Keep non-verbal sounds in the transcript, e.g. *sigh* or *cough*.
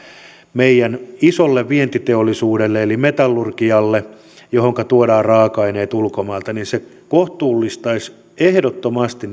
meidän isolle vientiteollisuudelle eli metallurgialle johonka tuodaan raaka aineet ulkomailta niin se kohtuullistaisi ehdottomasti *unintelligible*